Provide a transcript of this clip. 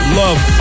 love